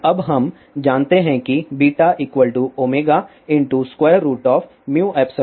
अब हम जानते हैं β μϵ1 fcf2